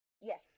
Yes